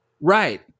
Right